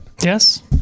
Yes